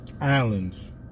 islands